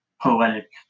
poetic